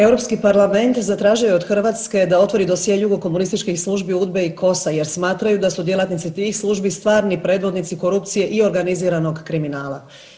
Europski parlament zatražio je od Hrvatske da otvori dosje jugokomunističkih službi UDBA-e i KOS-a jer smatraju da su djelatnici tih službi stvarni predvodnici korupci8je i organiziranog kriminala.